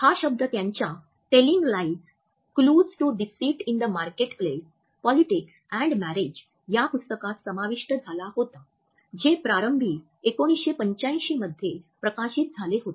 हा शब्द त्यांच्या 'telling lies clues to deceit in the marketplace politics and marriage' या पुस्तकात समाविष्ट झाला होता जे प्रारंभी १९८५ मध्ये प्रकाशित झाले होते